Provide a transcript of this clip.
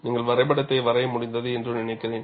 நீங்கள் வரைபடத்தை வரைய முடிந்தது என்று நினைக்கிறேன்